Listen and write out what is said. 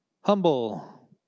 Humble